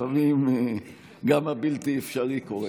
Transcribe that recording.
לפעמים גם הבלתי-אפשרי קורה,